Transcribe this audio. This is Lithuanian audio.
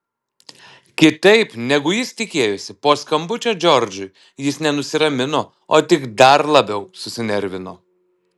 kitaip negu jis tikėjosi po skambučio džordžui jis ne nusiramino o tik dar labiau susinervino